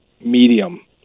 medium